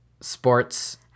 sports